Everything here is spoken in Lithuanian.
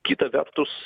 kita vertus